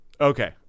Okay